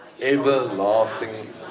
Everlasting